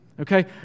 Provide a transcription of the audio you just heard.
Okay